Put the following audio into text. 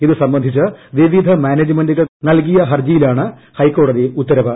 ഇത് സംബന്ധിച്ച് വിവിധ മാനേജ്മെന്റുകൾ നൽകിയ ഹർജിയിലാണ് ഹൈക്കോടതി ഉത്തരവ്